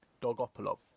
Dogopolov